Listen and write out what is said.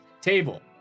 table